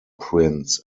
prints